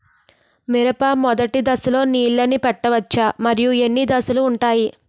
మిరప మొదటి దశలో నీళ్ళని పెట్టవచ్చా? మరియు ఎన్ని దశలు ఉంటాయి?